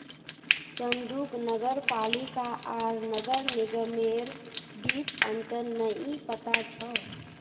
चंदूक नगर पालिका आर नगर निगमेर बीच अंतर नइ पता छ